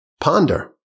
ponder